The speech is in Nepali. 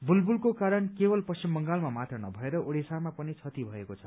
बुलबुलको कारण केवल पश्चिम बंगालमा मात्र नभएर ओडिसामा पनि क्षति भएको छ